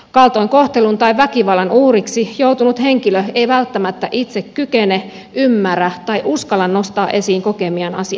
kaltoinkohtelun tai väkivallan uhriksi joutunut henkilö ei välttämättä itse kykene ymmärrä tai uskalla nostaa esiin kokemiaan asioita